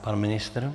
Pan ministr?